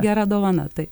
gera dovana tai